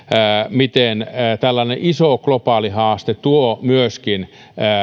miten tällainen iso globaali haaste tuo myöskin